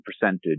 percentage